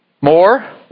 More